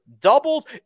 doubles